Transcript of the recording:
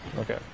okay